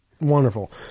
Wonderful